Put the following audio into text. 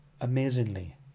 amazingly